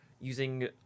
using